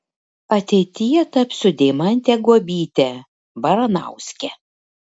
ateityje tapsiu deimante guobyte baranauske